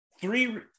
three